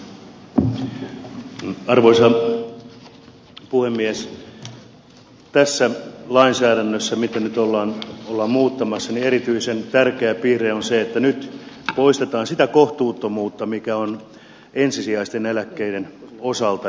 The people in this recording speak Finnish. tässä lainsäädännössä mitä nyt ollaan muuttamassa erityisen tärkeä piirre on se että nyt poistetaan sitä kohtuuttomuutta mikä on ensisijaisten eläkkeiden osalta